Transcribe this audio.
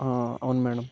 అవును మేడం